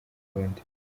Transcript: rundi